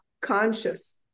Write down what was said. conscious